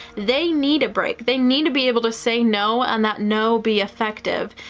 they need a break. they need to be able to say no and that no be effective.